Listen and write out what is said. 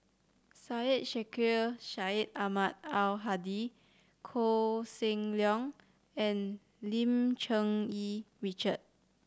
Syed Sheikh Syed Ahmad Al Hadi Koh Seng Leong and Lim Cherng Yih Richard